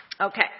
Okay